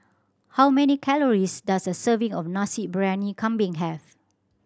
how many calories does a serving of Nasi Briyani Kambing have